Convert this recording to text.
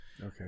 okay